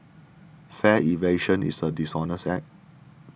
fare evasion is a dishonest act